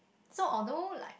so although like